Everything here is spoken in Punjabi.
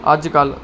ਅੱਜ ਕੱਲ